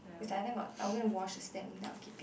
it's like then got I'm gonna wash the stamps then I'll keep it